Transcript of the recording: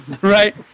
right